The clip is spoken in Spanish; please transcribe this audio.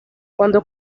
cuando